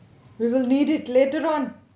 we will need it later on